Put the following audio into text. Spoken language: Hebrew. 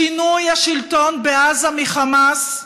שינוי השלטון בעזה מחמאס,